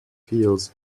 heels